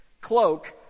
cloak